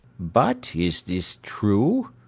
but is this true?